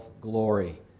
glory